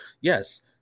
yes